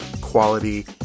quality